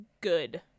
good